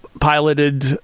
piloted